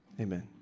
amen